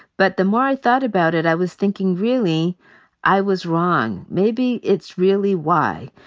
but the more i thought about it, i was thinking really i was wrong. maybe it's really y.